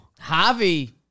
Javi